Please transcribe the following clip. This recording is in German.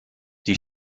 die